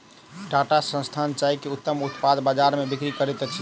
टाटा संस्थान चाय के उत्तम उत्पाद बजार में बिक्री करैत अछि